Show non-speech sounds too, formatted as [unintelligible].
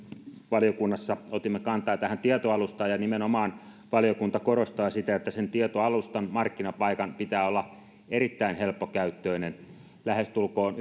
valiokunnassa otimme kantaa tähän tietoalustaan ja valiokunta nimenomaan korostaa sitä että tietoalustan markkinapaikan pitää olla erittäin helppokäyttöinen lähestulkoon [unintelligible]